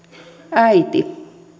äiti